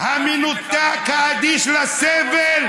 המנותק והאדיש לסבל,